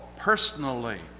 Personally